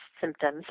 symptoms